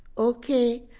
ok,